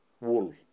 wool